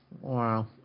Wow